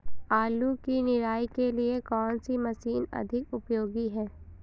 आलू की निराई के लिए कौन सी मशीन अधिक उपयोगी है?